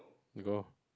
you go